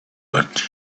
but